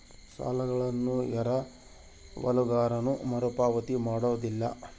ಸಾಲಗಳನ್ನು ಎರವಲುಗಾರನು ಮರುಪಾವತಿ ಮಾಡೋದಿಲ್ಲ